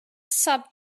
sub